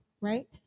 Right